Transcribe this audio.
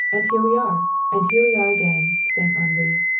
and here we are, and here we are again, sang henri,